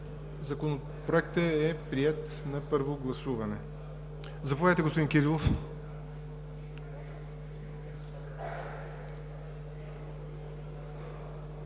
Законопроектът е приет на първо гласуване. Заповядайте, господин Кирилов.